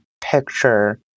picture